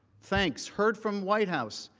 thanks. heard from white house.